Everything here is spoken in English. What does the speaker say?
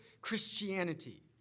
Christianity